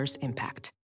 impact